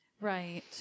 Right